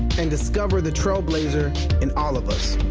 and discover the trailblazer in all of us.